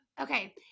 Okay